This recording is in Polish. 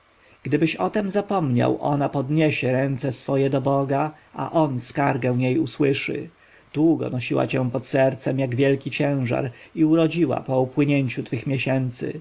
gdybyś o tem zapomniał ona podniesie ręce swoje do boga a on skargę jej usłyszy długo nosiła cię pod sercem jak wielki ciężar i urodziła po upłynięciu twoich miesięcy